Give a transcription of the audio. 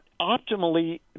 Optimally